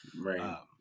Right